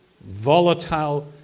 volatile